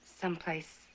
someplace